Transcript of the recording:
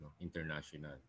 international